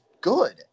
good